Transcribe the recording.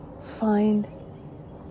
Find